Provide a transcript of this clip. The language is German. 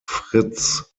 fritz